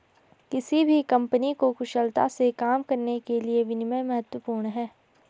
किसी भी कंपनी को कुशलता से काम करने के लिए विनियम महत्वपूर्ण हैं